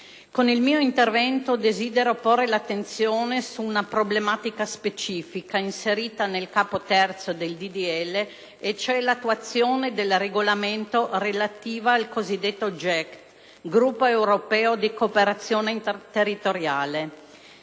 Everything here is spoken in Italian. Con il mio intervento desidero porre l'attenzione su una problematica specifica, inserita nel Capo III del disegno di legge, e cioè l'attuazione del regolamento relativo al cosiddetto GECT (gruppo europeo di cooperazione territoriale).